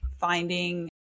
finding